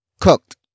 cooked